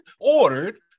ordered